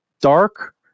dark